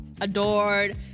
Adored